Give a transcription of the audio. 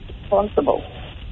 responsible